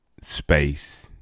space